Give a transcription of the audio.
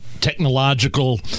technological